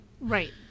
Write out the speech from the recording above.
right